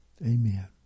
Amen